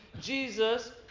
Jesus